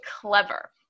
clever